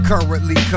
Currently